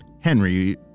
Henry